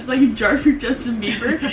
like a jar for justin bieber?